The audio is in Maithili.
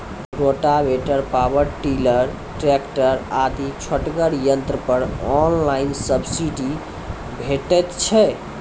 रोटावेटर, पावर टिलर, ट्रेकटर आदि छोटगर यंत्र पर ऑनलाइन सब्सिडी भेटैत छै?